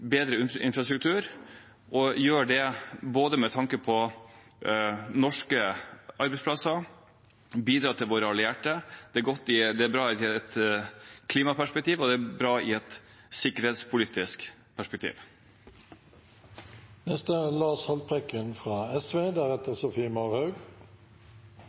infrastruktur, og gjør det med tanke på både norske arbeidsplasser og å bidra til våre allierte. Det er bra i et klimaperspektiv, og det er bra i et sikkerhetspolitisk perspektiv. Hadde det enda vært så vel at den sittende regjeringen var et gissel av SV